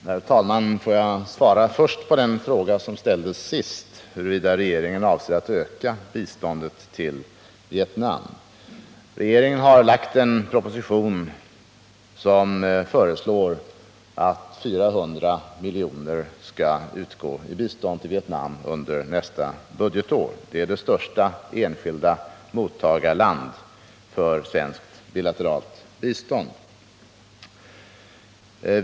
Herr talman! Får jag svara först på den fråga som ställdes sist, huruvida regeringen avser att öka biståndet till Vietnam. Regeringen har lagt fram en proposition som föreslår att 400 milj.kr. skall utgå i bistånd till Vietnam under nästa budgetår. Vietnam är det största enskilda mottagarlandet för svenskt bilateralt bistånd.